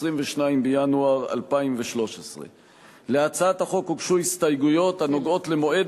22 בינואר 2013. להצעת החוק הוגשו הסתייגויות הנוגעות למועד